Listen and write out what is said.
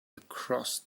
across